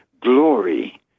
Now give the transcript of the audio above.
glory